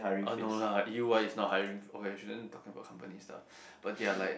oh no lah Yi-Wai is not hiring okay shouldn't talk about company stuff but they are like